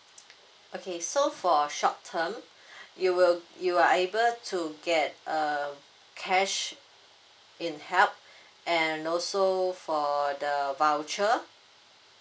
okay so for short term you will you are able to get err cash in help and also for the voucher